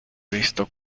visto